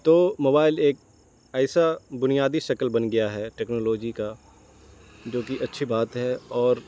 تو موبائل ایک ایسا بنیادی شکل بن گیا ہے ٹیکنالوجی کا جو کہ اچھی بات ہے اور